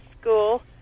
School